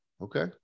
Okay